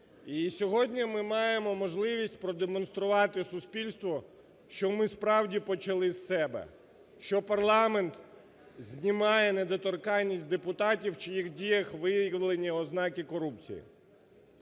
сьогодні ми маємо можливість продемонструвати суспільству, що ми, справді, почали з себе, що парламент знімає недоторканність з депутатів, у чиїх діях виявлені ознаки корупції.